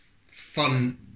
fun